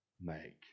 make